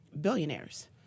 billionaires